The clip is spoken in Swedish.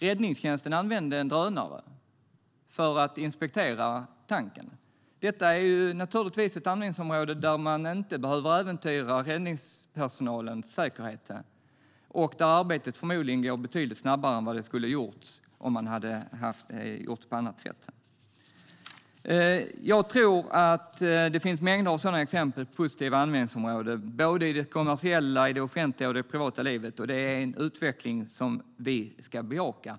Räddningstjänsten använde en drönare för att inspektera tanken. Detta är naturligtvis ett användningsområde som gör att man inte behöver äventyra räddningspersonalens säkerhet. Och arbetet gick förmodligen betydligt snabbare än vad det skulle ha gjort om man hade gjort på annat sätt. Jag tror att det finns mängder med exempel på positiva användningsområden i det kommersiella, i det offentliga och i det privata livet. Det är en utveckling som vi ska bejaka.